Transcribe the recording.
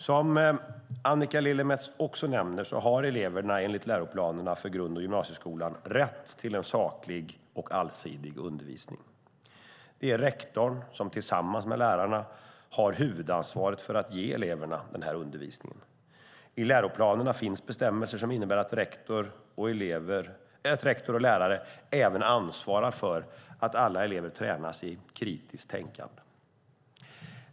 Som Annika Lillemets också nämner har eleverna enligt läroplanerna för grund och gymnasieskolan rätt till en saklig och allsidig undervisning. Det är rektorn som tillsammans med lärarna har huvudansvaret för att ge eleverna denna undervisning. I läroplanerna finns bestämmelser som innebär att rektor och lärare även ansvarar för att alla elever tränas i kritiskt tänkande.